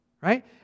Right